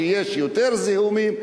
שיש יותר זיהומים.